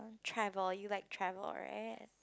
travel you like travel right